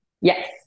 Yes